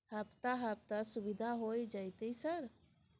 हफ्ता हफ्ता सुविधा होय जयते सर?